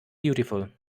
beautiful